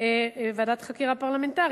ועדת חקירה פרלמנטרית.